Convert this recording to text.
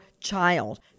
child